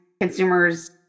consumers